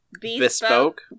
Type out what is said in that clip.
Bespoke